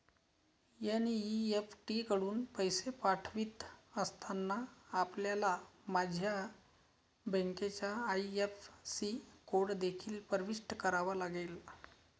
NEFT कडून पैसे पाठवित असताना, आपल्याला माझ्या बँकेचा आई.एफ.एस.सी कोड देखील प्रविष्ट करावा लागेल